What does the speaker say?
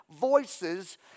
voices